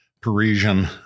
Parisian